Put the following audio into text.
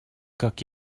как